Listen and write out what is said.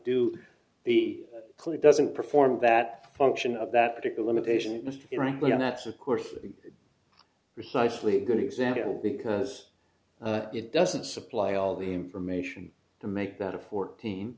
do the cli doesn't perform that function of that particular mutation and natural course precisely a good example because it doesn't supply all the information to make that a fourteen